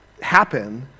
happen